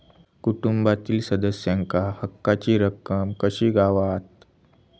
कुटुंबातील सदस्यांका हक्काची रक्कम कशी गावात?